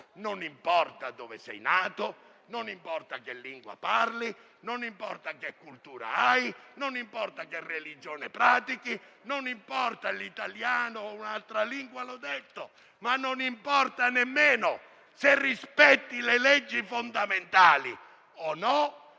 non importa dove sei nato, non importa che lingua parli, non importa che cultura hai o quale religione pratichi; non importa l'italiano o un'altra lingua, l'ho detto. Ma non importa nemmeno se rispetti le leggi fondamentali o no;